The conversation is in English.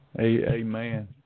Amen